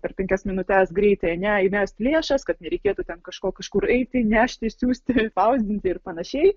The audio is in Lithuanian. per penkias minutes greitai ar ne įmest lėšas kad nereikėtų ten kažko kažkur eiti nešti siųsti spausdinti ir panašiai